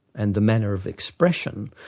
and the manner of expression,